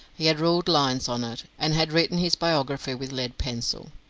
he had ruled lines on it, and had written his biography with lead pencil.